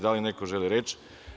Da li neko želi reč?